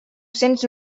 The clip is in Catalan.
cents